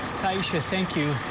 taisha thank you.